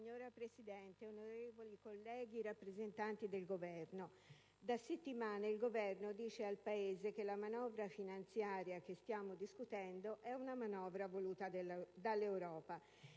Signora Presidente, onorevoli colleghi, rappresentanti del Governo, da settimane il Governo dice al Paese che la manovra finanziaria che stiamo discutendo è una manovra voluta dall'Europa,